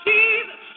Jesus